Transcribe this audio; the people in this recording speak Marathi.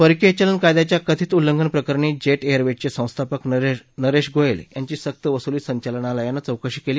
परकीय चलन कायद्याच्या कथित उल्लंघन प्रकरणी जेट एअरवेजचे संस्थापक नरेश गोयल यांची सक्तवसुली संचालनालयानं चौकशी केली